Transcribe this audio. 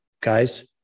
Guys